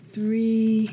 Three